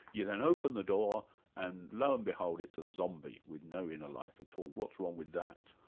you then open the door and lo and behold it's a zombie with no inner life at all. what's wrong with that?